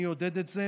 אני אעודד את זה,